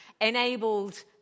enabled